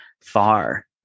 far